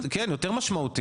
כן יותר משמעותי.